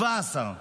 17,